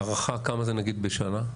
בהערכה, כמה זה נגיד בשנה?